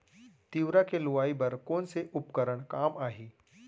तिंवरा के लुआई बर कोन से उपकरण काम आही?